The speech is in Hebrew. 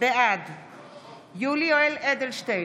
בעד יולי יואל אדלשטיין,